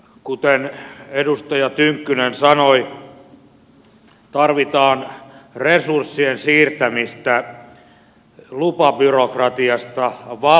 kuten edustaja tynkkynen sanoi tarvitaan resurssien siirtämistä lupabyrokratiasta valvontaan